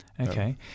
Okay